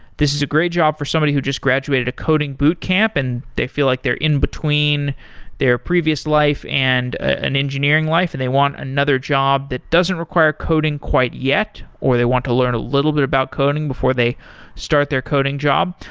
this is a great job for somebody who just graduated a coding boot camp and they feel like they're in between their previous life and an engineering life and they want another job that doesn't require coding quite yet, or they want to learn a little bit about coding before they start their coding job,